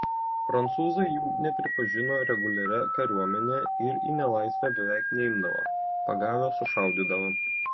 prancūzai jų nepripažino reguliaria kariuomene ir į nelaisvę beveik neimdavo pagavę sušaudydavo